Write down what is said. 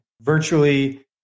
virtually